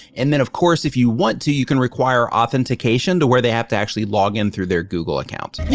and then of course, if you want to, you can require authentication to where they have to actually log in through their google accounts. you